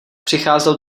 přicházel